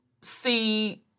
see